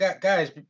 guys